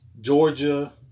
Georgia